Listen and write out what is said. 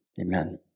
amen